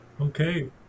Okay